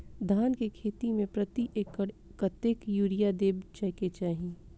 धान केँ खेती मे प्रति एकड़ कतेक यूरिया देब केँ चाहि?